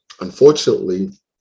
Unfortunately